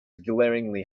glaringly